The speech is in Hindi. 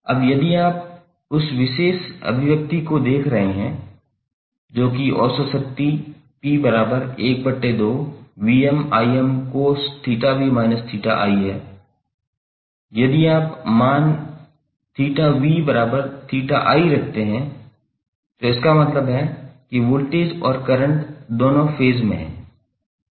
अब यदि आप उस विशेष अभिव्यक्ति को देख रहे हैं जो कि औसत शक्ति 𝑃12cos𝜃𝑣−𝜃𝑖 है यदि आप मान 𝜃𝑣 𝜃𝑣 रखते हैं तो इसका मतलब है कि वोल्टेज और करंट दोनों फेज़ में हैं